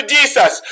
Jesus